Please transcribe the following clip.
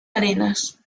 arenas